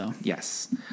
Yes